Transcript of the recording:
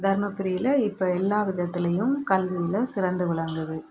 தருமபுரியில் இப்போ எல்லா விதத்துலேயும் கல்வியில் சிறந்து விளங்குது